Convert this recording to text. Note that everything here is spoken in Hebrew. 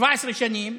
17 שנים: